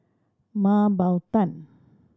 Mah Bow Tan